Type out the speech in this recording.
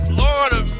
Florida